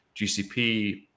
GCP